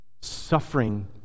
suffering